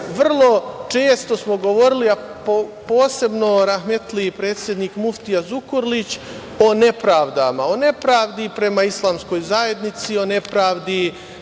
vrlo često smo govorili, a posebno rahmetli predsednik muftija Zukorlić, o nepravdama, o nepravdi prema islamskoj zajednici, o nepravdi